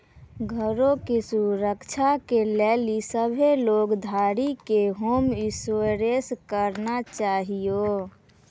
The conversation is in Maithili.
घरो के सुरक्षा के लेली सभ्भे लोन धारी के होम इंश्योरेंस कराना छाहियो